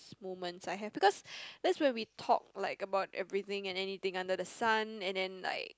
moments I have because that's where we talk like about everything and anything under the sun and then like